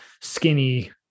skinny